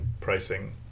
pricing